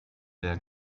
der